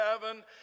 heaven